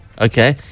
Okay